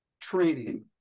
training